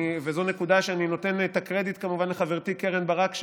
וזו נקודה שאני נותנת את הקרדיט כמובן לחברתי קרן ברק,